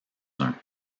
uns